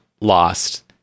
lost